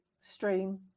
stream